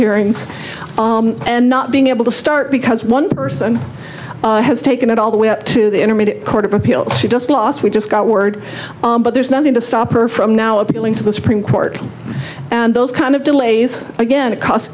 hearings and not being able to start because one person has taken it all the way up to the intermediate court of appeals she just lost we just got word but there's nothing to stop her from now appealing to the supreme court and those kind of delays again